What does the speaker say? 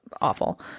awful